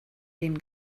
den